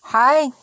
Hi